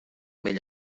bell